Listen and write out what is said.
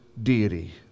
deity